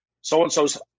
so-and-so's